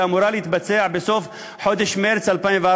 שאמורה להתבצע בסוף חודש מרס 2014,